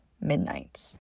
Midnights